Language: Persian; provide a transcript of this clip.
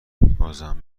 بازم